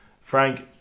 Frank